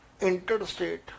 interstate